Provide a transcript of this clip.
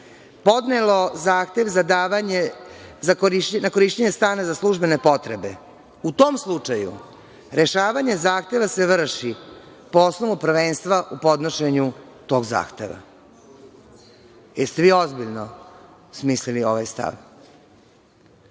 podnelo zahtev za davanje na korišćenje stana za službene potrebe, u tom slučaju rešavanje zahteva se vrši po osnovu prvenstva u podnošenju tog zahteva. Da li ste vi ozbiljno smislili ovaj stav,